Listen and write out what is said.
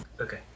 Okay